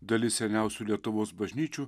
dalis seniausių lietuvos bažnyčių